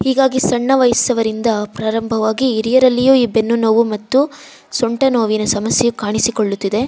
ಹೀಗಾಗಿ ಸಣ್ಣ ವಯಸ್ಸವರಿಂದ ಪ್ರಾರಂಭವಾಗಿ ಹಿರಿಯರಲ್ಲಿಯೂ ಈ ಬೆನ್ನು ನೋವು ಮತ್ತು ಸೊಂಟ ನೋವಿನ ಸಮಸ್ಯೆ ಕಾಣಿಸಿಕೊಳ್ಳುತ್ತಿದೆ